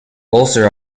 ulcer